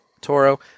Toro